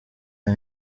pro